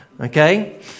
Okay